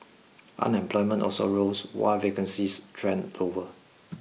unemployment also rose while vacancies trended lower